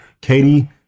Katie